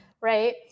Right